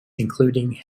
including